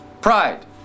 Pride